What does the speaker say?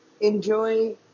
enjoy